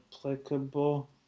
applicable